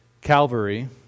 Calvary